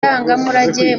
ndangamurage